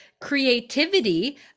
creativity